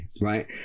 right